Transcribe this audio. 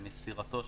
למסירתו,